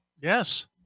Yes